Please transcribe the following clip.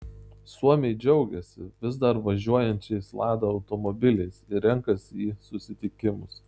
suomiai džiaugiasi vis dar važiuojančiais lada automobiliais ir renkasi į susitikimus